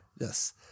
Yes